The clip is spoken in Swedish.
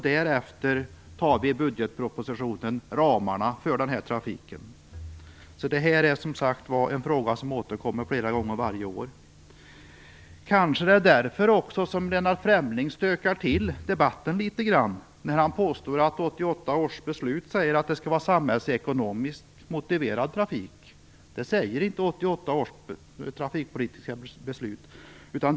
Därefter anges i budgetpropositionen ramarna för denna trafik. Detta är, som sagt, en fråga som återkommer flera gånger varje år. Det är kanske därför som Lennart Fremling stökar till debatten litet grand. Han säger att det enligt 1988 års beslut skall vara fråga om samhällsekonomiskt motiverad trafik. Det säger inte 1988 års trafikpolitiska beslut.